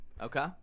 Okay